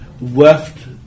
left